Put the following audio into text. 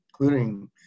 including